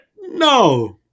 No